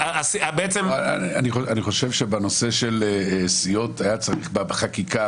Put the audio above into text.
אני חושב שבנושא של סיעות היה צריך בחקיקה,